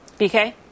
BK